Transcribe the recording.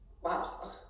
Wow